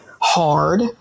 hard